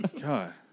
God